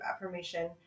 affirmation